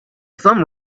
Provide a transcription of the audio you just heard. some